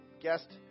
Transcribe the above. guest